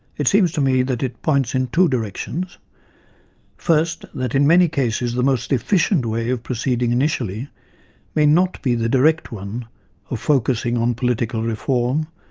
it seems to me that it points in two directions first, that in many cases the most efficient way of proceeding initially may not be the direct one of focusing on political reform,